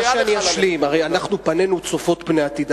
הרי פנינו צופות פני עתיד.